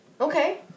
Okay